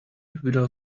without